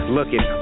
Looking